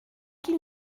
qu’il